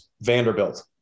Vanderbilt